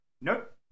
Nope